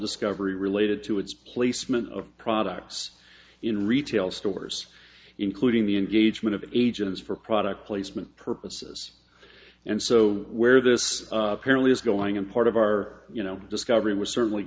discovery related to its placement of products in retail stores including the engagement of agents for product placement purposes and so where this apparently is going in part of our you know discovery was certainly